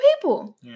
people